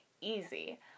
easy